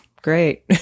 great